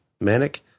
Manic